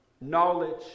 knowledge